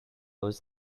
was